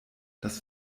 das